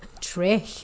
trick